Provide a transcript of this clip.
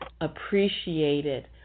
appreciated